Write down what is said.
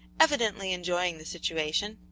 evidently enjoying the situation.